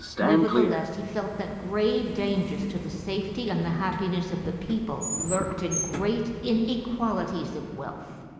nevertheless he felt that grave dangers to the safety and the happiness of the people lurked in great inequalities of wealth.